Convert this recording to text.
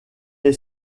est